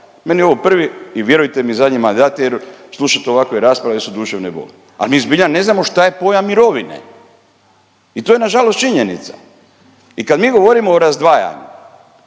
Meni je ovo prvi i vjerujte mi zadnji mandat jer slušati ovakve rasprave su duševne boli. Ali mi zbilja ne znamo što je pojam mirovine i to je na žalost činjenica. I kada mi govorimo o razdvajanju